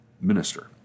minister